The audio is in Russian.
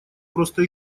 просто